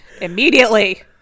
immediately